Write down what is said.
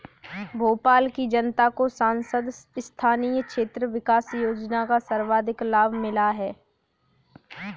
भोपाल की जनता को सांसद स्थानीय क्षेत्र विकास योजना का सर्वाधिक लाभ मिला है